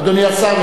אדוני השר,